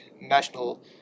national